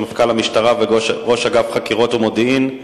מפכ"ל המשטרה וראש אגף חקירות ומודיעין,